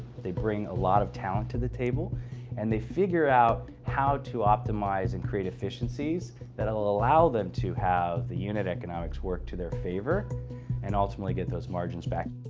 they bring a lot of talent to the table and they figure out how to optimize and create efficiencies that will allow them to have the unit economics work to their favor and ultimately get those margins back.